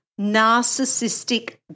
narcissistic